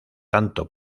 tanto